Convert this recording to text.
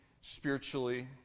spiritually